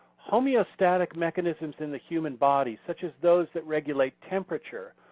homeostatic mechanisms in the human body, such as those that regulate temperature,